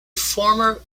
former